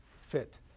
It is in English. fit